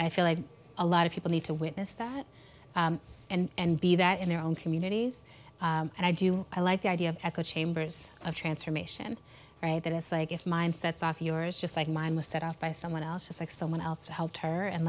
i feel like a lot of people need to witness that and be that in their own communities and i do i like the idea of echo chambers of transformation that is like if mind sets off yours just like mine was set off by someone else just like someone else to help her and